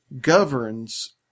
governs